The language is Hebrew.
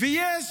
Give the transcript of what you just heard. ויש